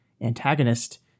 antagonist